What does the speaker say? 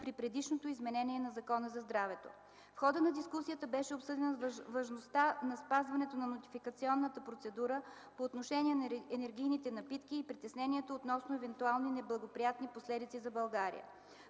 при предишното изменение на Закона за здравето. В хода на дискусията беше обсъдена важността на спазването на нотификационната процедура по отношение на енергийните напитки и притеснението относно евентуални неблагоприятни последици за България.